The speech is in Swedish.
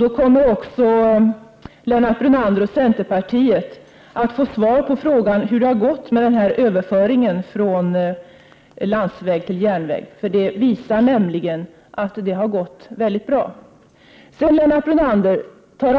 Då kommer också Lennart Brunander och centerpartiet att få svar på frågan hur det har gått med denna överföring från landsväg till järnväg. Den visar nämligen att det har gått bra. Lennart Brunander tar